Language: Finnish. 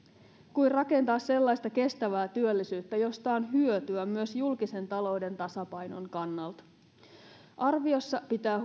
kuin rakentaa sellaista kestävää työllisyyttä josta on hyötyä myös julkisen talouden tasapainon kannalta arviossa pitää